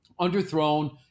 underthrown